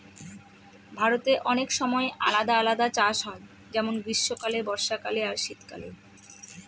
ভারতে অনেক সময় আলাদা আলাদা চাষ হয় যেমন গ্রীস্মকালে, বর্ষাকালে আর শীত কালে